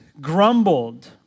grumbled